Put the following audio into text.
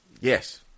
Yes